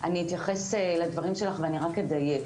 אני אתייחס לדברים שלך ואני רק אדייק.